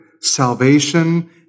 salvation